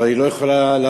אבל היא לא יכולה לענות,